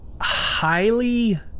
highly